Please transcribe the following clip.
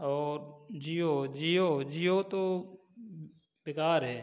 और जियो जियो जियो तो बेकार है